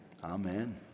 Amen